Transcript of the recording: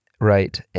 right